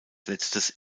letztes